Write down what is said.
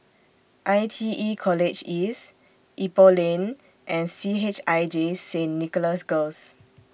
I T E College East Ipoh Lane and C H I J Saint Nicholas Girls